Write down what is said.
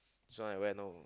this one I went loh